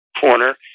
corner